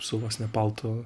su vos ne paltu